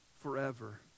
forever